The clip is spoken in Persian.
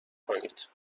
کنید